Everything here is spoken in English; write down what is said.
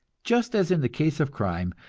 just as in the case of crime,